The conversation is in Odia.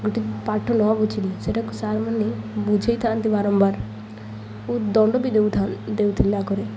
ଗୋଟେ ପାଠ ନ ବୁଝିଲେ ସେଇଟାକୁ ସାର୍ ମାନେ ବୁଝାଇ ଥାନ୍ତି ବାରମ୍ବାର ଓ ଦଣ୍ଡ ବି ଦେଉ ଦେଉଥିଲେ ଆଗରେ